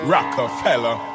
Rockefeller